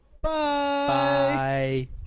Bye